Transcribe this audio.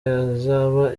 yazaba